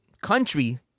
country